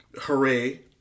hooray